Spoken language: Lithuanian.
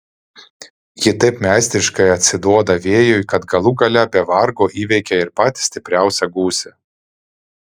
ji taip meistriškai atsiduoda vėjui kad galų gale be vargo įveikia ir patį stipriausią gūsį